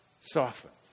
softens